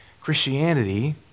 Christianity